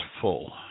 full